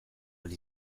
ahal